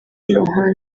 lohan